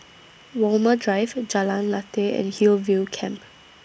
Walmer Drive Jalan Lateh and Hillview Camp